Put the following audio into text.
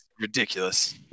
ridiculous